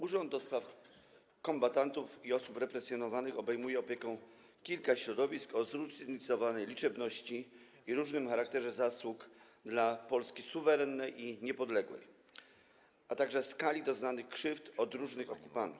Urząd do Spraw Kombatantów i Osób Represjonowanych obejmuje opieką kilka środowisk o zróżnicowanej liczebności i różnym charakterze zasług dla Polski suwerennej i niepodległej, a także skali krzywd doznanych ze strony różnych okupantów.